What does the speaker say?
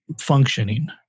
functioning